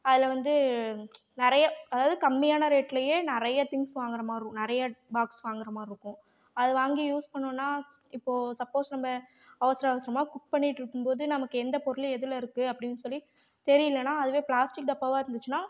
அதில் வந்து நிறைய அதாவது கம்மியான ரேட்லேயே நிறைய திங்ஸ் வாங்குற மாரி நிறைய பாக்ஸ் வாங்குற மாதிரி இருக்கும் அதை வாங்கி யூஸ் பண்ணோம்னா இப்போது சப்போஸ் நம்ம அவசரம் அவசரமாக குக் பண்ணிகிட்ருக்கும்போது நமக்கு எந்த பொருள் எதில் இருக்கு அப்படின்னு சொல்லி தெரியலன்னா அதுவே பிளாஸ்டிக் டப்பாவாக இருந்துச்சுன்னா